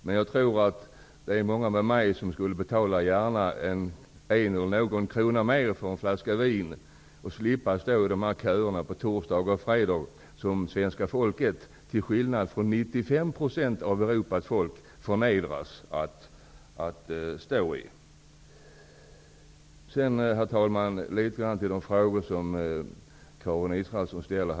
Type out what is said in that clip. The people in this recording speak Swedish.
Men jag tror att många med mig gärna skulle betala någon eller några kronor mer för en flaska vin för att slippa stå i köer på torsdagar och fredagar, vilket svenska folket, till skillnad från 95 % av Europas folk, förnedras att stå i. Herr talman! Jag skall något kommentera de frågor som Karin Israelsson ställde.